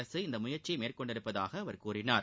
அரசு இந்த முயற்சியை மேற்கொண்டுள்ளதாக அவர் கூறினார்